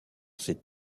ses